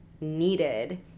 needed